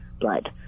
blood